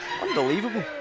Unbelievable